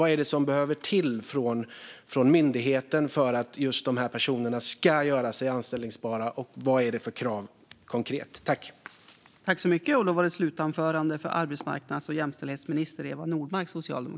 Vad är det som måste till från myndigheten för att de här personerna ska göra sig anställbara, och vad är det för konkreta krav det handlar om?